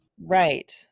Right